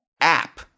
app